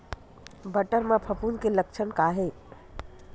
बटर म फफूंद के लक्षण का हे?